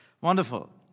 Wonderful